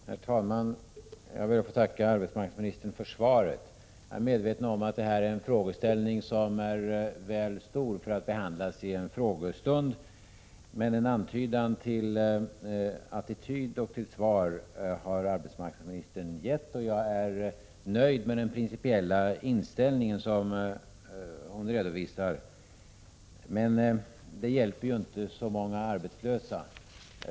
Herr talman! Jag ber att få tacka arbetsmarknadsministern för svaret. Jag är medveten om att denna frågeställning är väl stor för att behandlas i en frågestund. Arbetsmarknadsministern har dock i sitt svar gett en antydan om sin attityd till frågorna, och jag är nöjd med den principiella inställning som hon redovisat, men det hjälper ju inte så många arbetslösa.